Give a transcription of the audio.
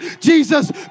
Jesus